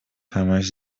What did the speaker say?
همش